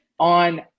on